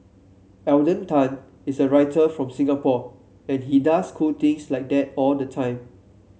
Alden Tan is a writer from Singapore and he does cool things like that all the time